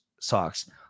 socks